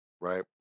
right